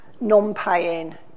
non-paying